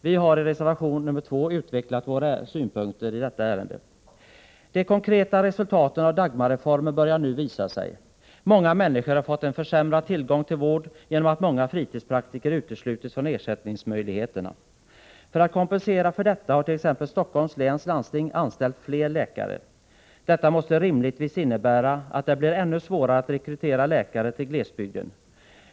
Vi har i reservation 2 utvecklat våra synpunkter i fråga om detta. De konkreta resultaten av Dagmarreformen börjar nu visa sig. Många människor har fått en försämrad tillgång till vård på grund av att många fritidspraktiker uteslutits från ersättningsmöjligheterna. För att kompensera detta har t.ex. Stockholms läns landsting anställt fler läkare. Detta måste rimligtvis innebära att det blir ännu svårare att rekrytera läkare till glesbygden.